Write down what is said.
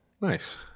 nice